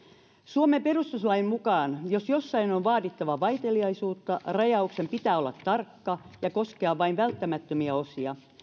suomen perustuslain mukaan jos jossain on vaadittava vaiteliaisuutta rajauksen pitää olla tarkka ja koskea vain välttämättömiä osia